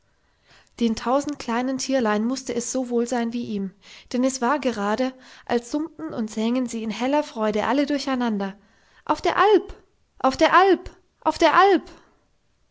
den tausend kleinen tierlein mußte es so wohl sein wie ihm denn es war gerade als summten und sängen sie in heller freude alle durcheinander auf der alp auf der alp auf der alp